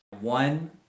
One